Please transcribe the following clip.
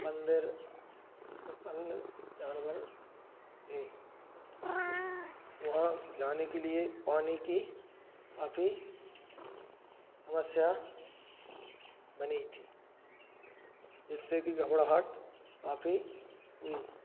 बंदर ओर अन्य जानवर थे उस वहाँ जाने के लिए पानी की काफी समस्या बनी थी जिससे कि घबराहट काफी हुई